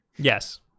Yes